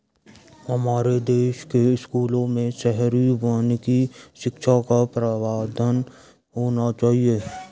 हमारे देश के स्कूलों में शहरी वानिकी शिक्षा का प्रावधान होना चाहिए